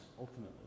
ultimately